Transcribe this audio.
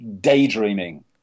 Daydreaming